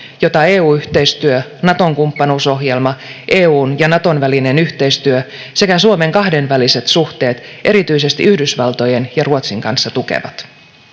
jota eu yhteistyö naton kumppanuusohjelma eun ja naton välinen yhteistyö sekä suomen kahdenväliset suhteet erityisesti yhdysvaltojen ja ruotsin kanssa tukevat